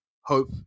hope